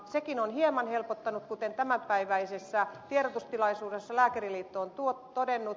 sekin on hieman helpottanut kuten tämänpäiväsessä tiedotustilaisuudessa lääkäriliitto on todennut